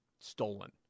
stolen